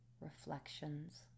reflections